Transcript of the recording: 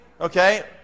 Okay